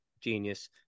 Genius